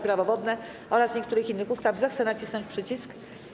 Prawo wodne oraz niektórych innych ustaw, zechce nacisnąć przycisk.